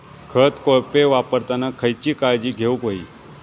खत कोळपे वापरताना खयची काळजी घेऊक व्हयी?